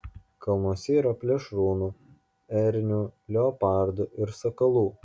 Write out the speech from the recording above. kalnuose yra plėšrūnų ernių leopardų ir sakalų